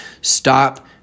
Stop